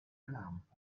lampo